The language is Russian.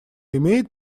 имеет